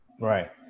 Right